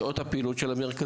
מה שעות הפעילות של המרכזים?